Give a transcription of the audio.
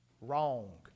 Wrong